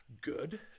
Good